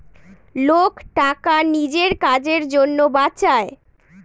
লোক টাকা নিজের কাজের জন্য বাঁচায়